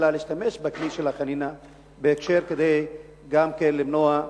אלא להשתמש בכלי של החנינה בהקשר של גם כדי למנוע,